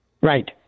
right